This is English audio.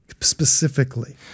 specifically